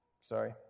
Sorry